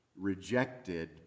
rejected